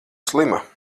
slima